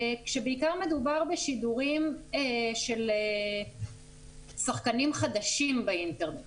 כשבעיקר המדובר בשידורים של שחקנים חדשים באינטרנט,